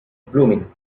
blooming